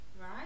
Right